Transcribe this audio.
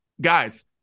guys